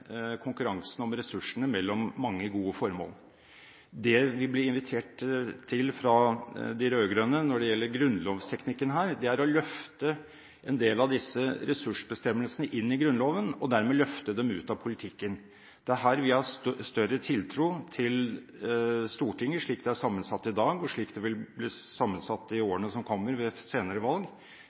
konkurransen om ressursene mellom mange gode formål. Det vi ble invitert til fra de rød-grønne når det gjelder grunnlovsteknikken her, er å løfte en del av disse ressursbestemmelsene inn i Grunnloven, og dermed løfte dem ut av politikken. Det er her vi har større tiltro til Stortinget, slik det er sammensatt i dag, og slik det vil bli sammensatt i årene som kommer ved senere valg,